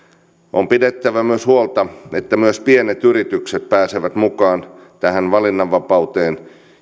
on pidettävä myös huolta että myös pienet yritykset pääsevät mukaan tähän valinnanvapauteen